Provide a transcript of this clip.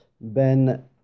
Ben